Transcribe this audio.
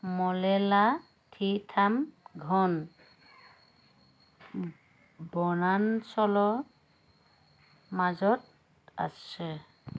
মল্লেলা থীৰ্থাম ঘন বনাঞ্চলৰ মাজত আছে